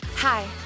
Hi